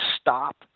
stop